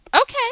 Okay